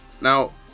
Now